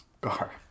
Gar